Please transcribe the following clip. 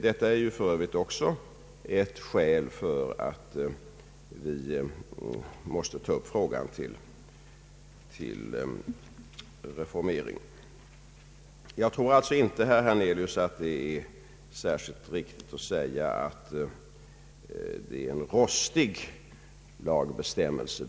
Detta är ju för övrigt också ett skäl för att vi måste ta upp frågan till reformering. Jag tror alltså inte, herr Hernelius, att det är särskilt riktigt att säga att det är en rostig lagbestämmelse.